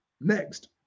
next